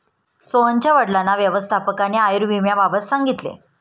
सोहनच्या वडिलांना व्यवस्थापकाने आयुर्विम्याबाबत सांगितले